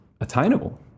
attainable